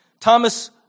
Thomas